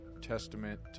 testament